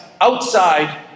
outside